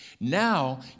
Now